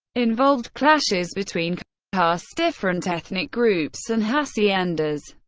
involved clashes between castes, different ethnic groups and haciendas,